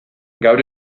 gaur